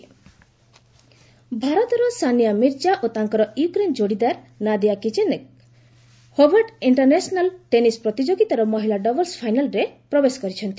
tennis ଭାରତର ସାନିଆ ମିର୍ଜା ଓ ତାଙ୍କର ୟୁକ୍ରେନ୍ ଯୋଡ଼ିଦାର Nadiia Kichenok 'Hobart international' tennis ପ୍ରତିଯୋଗିତାର ମହିଳା ଡବଲ୍ସ୍ ଫାଇନାଲ୍ରେ ପ୍ରବେଶ କରିଛନ୍ତି